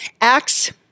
Acts